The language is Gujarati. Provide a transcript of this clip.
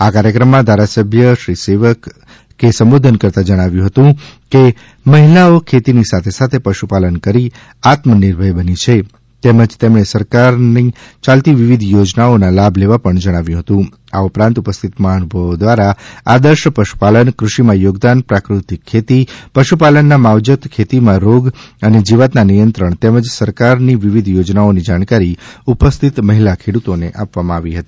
આ કાર્યક્રમમાં ધારાસભ્ય શ્રી જીઝ્નેશભાઇ સેવક સંબોધન કરતાં જણાવ્યું હતું કે મહિલાઓ ખેતીની સાથે સાથે પશુપાલન કરી આતમનિર્ભર બની છે તેમજ તેમણે સરકારની યાલતી વિવિધ યોજનાઓના લાભ લેવા પણ જણાવ્યું હતું આ ઉપરાંત ઉપસ્થિત મહાનુભાવો દ્વારા આર્દશ પશુપાલન કૃષિમાં યોગદાન પ્રાકૃતિક ખેતી પશુપાલનના માવજત ખેતીમાં રોગ અને જીવાતના નિયંત્રણો તેમજ સરકારીની વિવિધ યોજનાઓની જાણકારી ઉપસ્થિત મહિલા ખેડૂતોને આપવામાં આવી હતી